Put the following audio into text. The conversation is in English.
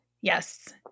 Yes